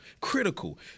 critical